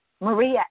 Maria